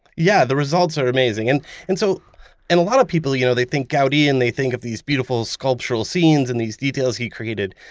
yeah the results are amazing. and and so and a lot of people you know think gaudi and they think of these beautiful sculptural scenes and these details he created,